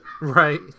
Right